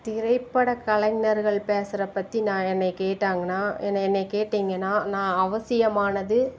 திரைப்பட கலைஞர்கள் பேசுறப் பற்றி நான் என்னைய கேட்டாங்கன்னா என்ன என்னைய கேட்டீங்கன்னா நான் அவசியமானது